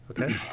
Okay